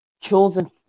chosen